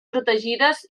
protegides